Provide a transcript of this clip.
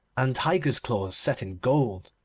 and tigers' claws set in gold,